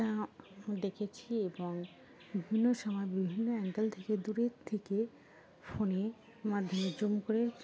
তা দেখেছি এবং বিভিন্ন সময় বিভিন্ন অ্যাঙ্গেল থেকে দূরের থেকে ফোনের মাধ্যমে জুম করে